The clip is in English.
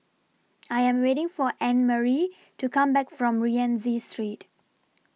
I Am waiting For Annemarie to Come Back from Rienzi Street